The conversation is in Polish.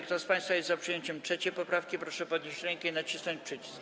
Kto z państwa jest za przyjęciem 3. poprawki, proszę podnieść rękę i nacisnąć przycisk.